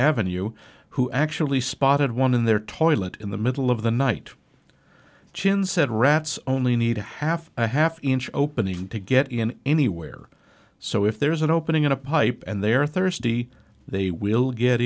avenue who actually spotted one in their toilet in the middle of the night chin said rats only need a half a half inch opening to get in anywhere so if there is an opening in a pipe and they are thirsty they will get